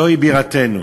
זוהי בירתנו.